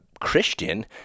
Christian